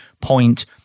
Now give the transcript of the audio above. point